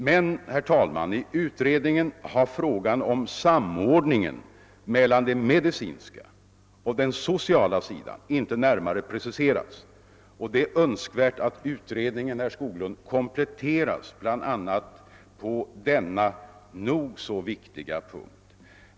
Men, herr talman, i utredningen har frågan om samordningen mellan den medicinska och den sociala sidan inte närmare preciserats. Det är önskvärt, att utredningen kompletteras bl.a. på denna nog så viktiga punkt.